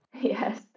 Yes